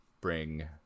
bring